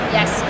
Yes